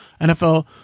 NFL